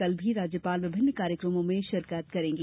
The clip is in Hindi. कल भी राज्यपाल विभिन्न कार्यक्रमों में शिरकत करेंगी